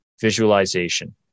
visualization